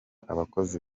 abakozi